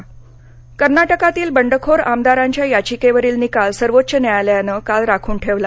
कर्नाटक कर्नाटकातील बंडखोर आमदारांच्या याचिकेवरील निकाल सर्वोच्च न्यायालयानं काल राखून ठेवला